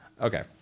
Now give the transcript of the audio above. Okay